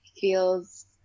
feels